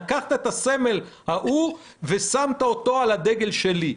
לקחת את הסמל ההוא ושמת אותו על הדגל שלי.